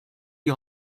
die